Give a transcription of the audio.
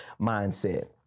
mindset